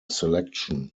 selection